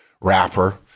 rapper